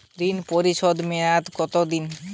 ঋণ পরিশোধের মেয়াদ কত দিন?